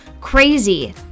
crazy